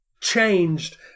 changed